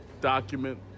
document